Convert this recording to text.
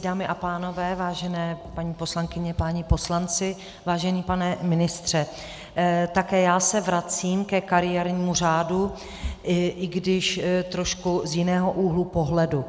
Dámy a pánové, vážené paní poslankyně, vážení páni poslanci, vážený pane ministře, také já se vracím ke kariérnímu řádu, i když trošku z jiného úhlu pohledu.